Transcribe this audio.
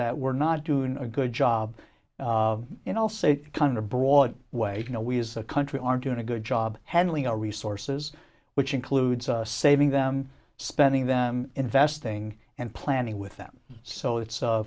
that we're not doing a good job and also kind of broad way you know we as a country are doing a good job handling our resources which includes saving them spending them investing and planning with them so it's